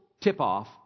tip-off